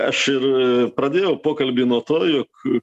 aš ir pradėjau pokalbį nuo to juk